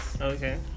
Okay